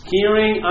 Hearing